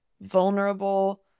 vulnerable